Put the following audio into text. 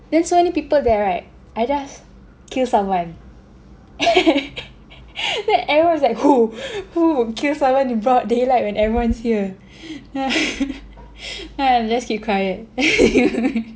then so many people there right I just kill someone then everyone was like who who would kill someone in front of broad daylight when everyone's here then I just keep quiet